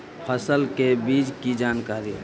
फसल के बीज की जानकारी?